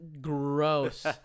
Gross